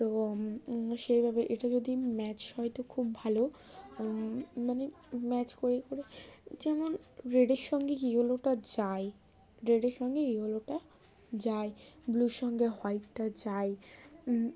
তো সেইভাবে এটা যদি ম্যাচ হয় তো খুব ভালো মানে ম্যাচ করেই করে যেমন রেডের সঙ্গে ইয়লোটা যাই রেডের সঙ্গে ইয়লোটা যায় ব্লুর সঙ্গে হোয়াইটটা যাই